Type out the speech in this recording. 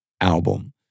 album